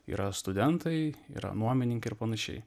yra studentai yra nuomininkai ir panašiai